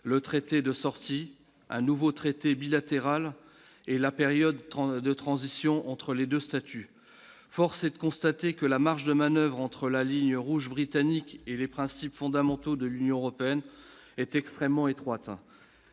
le traité de sortie un nouveau traité bilatéral et la période tranche de transition entre les 2 statuts, force est de constater que la marge de manoeuvre entre la ligne rouge britannique et les principes fondamentaux de l'Union européenne est extrêmement étroite